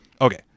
Okay